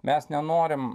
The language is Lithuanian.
mes nenorim